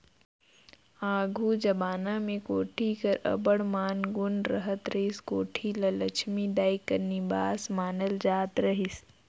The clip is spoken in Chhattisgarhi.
आघु जबाना मे कोठी कर अब्बड़ मान गुन रहत रहिस, कोठी ल लछमी दाई कर निबास मानल जात रहिस